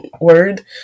word